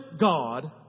God